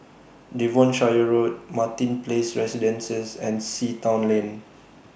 Devonshire Road Martin Place Residences and Sea Town Lane